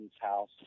house